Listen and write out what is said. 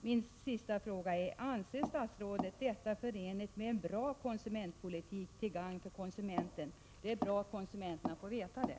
Min sista fråga är: Anser statsrådet detta förenligt med en bra konsumentpolitik som är till gagn för konsumenten? Det vore bra för konsumenterna att få veta det.